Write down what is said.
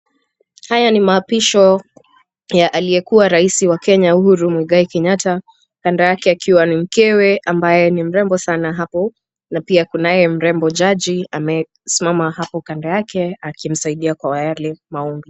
Haya ni maapisho ya aliyekuwa Raisi wa Kenya Uhuru Muigai Kenyatta. Kando yake akiwa ni mkewe ambaye ni mrembo sana hapo na pia kunaye mrembo jaji amesimama hapo kando yake akimsaidia kwa yale maombi.